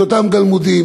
את אותם גלמודים,